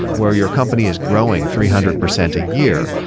where your company is growing three hundred percent a year,